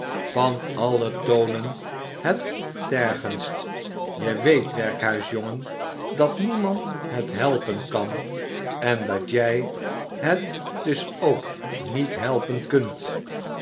van alle toonen het tergendst je weet werkhuisjongen dat niemand het helpen kan en dat jij het dus ook niet helpen kunt